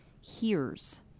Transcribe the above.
hears